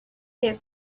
him